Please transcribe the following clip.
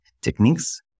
techniques